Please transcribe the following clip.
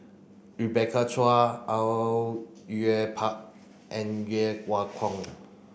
Rebecca Chua Au Yue Pak and Keung